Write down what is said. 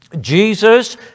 Jesus